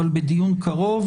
אבל בדיון קרוב,